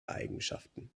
eigenschaften